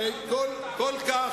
הרי כל כך